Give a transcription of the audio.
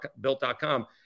built.com